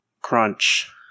Crunch